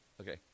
Okay